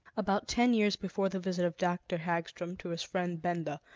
about ten years before the visit of dr. hagstrom to his friend benda,